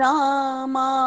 Rama